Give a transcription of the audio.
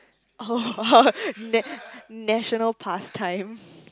oh nat~ national past time